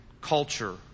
culture